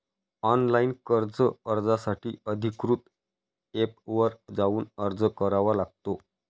online कर्ज अर्जासाठी अधिकृत एपवर जाऊन अर्ज करावा लागतो